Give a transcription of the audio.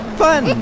fun